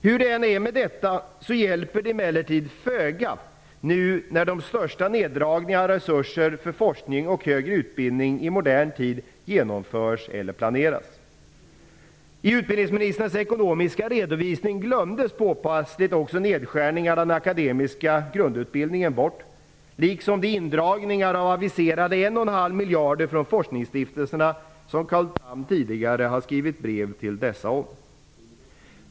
Hur det än är med detta hjälper det emellertid föga nu när de största neddragningarna av resurser för forskning och högre utbildning i modern tid genomförs eller planeras. I utbildningsministerns ekonomiska redovisning glömdes påpassligt också nedskärningarna i den akademiska grundutbildningen bort liksom indragningarna och de aviserade 1,5 miljarderna från forskningsstiftelserna, som Carl Tham tidigare har skrivit brev till dessa om.